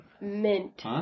Mint